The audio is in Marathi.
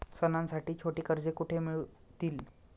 सणांसाठी छोटी कर्जे कुठे मिळतील?